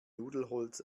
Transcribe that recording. nudelholz